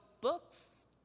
books